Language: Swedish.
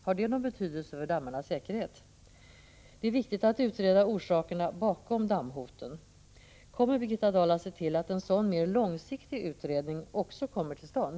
Har det någon betydelse för dammarnas säkerhet? Det är viktigt att utreda orsakerna bakom dammhoten. Kommer Birgitta Dahl att se till att en sådan mer långsiktig utredning också kommer till stånd?